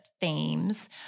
themes